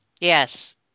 Yes